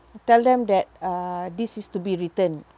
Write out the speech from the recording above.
tell them that uh this is to be returned